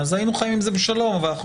--- כן, העברת מידע בין גופים, ועדות.